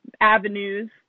avenues